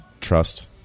Trust